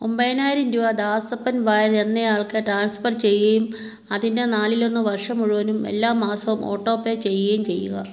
ഒമ്പതിനായിരം രൂവ ദാസപ്പൻ വാര്യർ എന്നയാൾക്ക് ട്രാൻസ്ഫർ ചെയ്യുകയും അതിൻ്റെ നാലിലൊന്ന് വർഷം മുഴുവനും എല്ലാ മാസവും ഓട്ടോ പേ ചെയ്യുകയും ചെയ്യുക